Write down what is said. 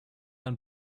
ein